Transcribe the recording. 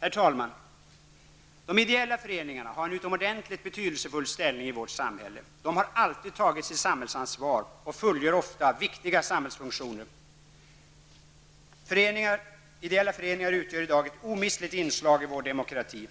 Herr talman! De ideella föreningarna har en utomordentligt betydelsefull ställning i vårt samhälle. De har alltid tagit sitt samhällsansvar och fullgör ofta viktiga samhällsfunktioner. Ideella föreningar utgör i dag ett omistligt inslag i vår demokrati.